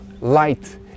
light